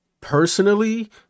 personally